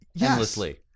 endlessly